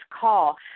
call